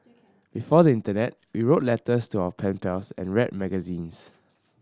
before the internet we wrote letters to our pen pals and read magazines